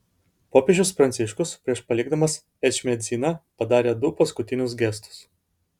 popiežius pranciškus prieš palikdamas ečmiadziną padarė du paskutinius gestus